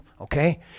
okay